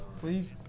Please